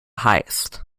highest